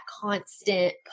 constant